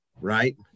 right